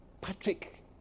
Patrick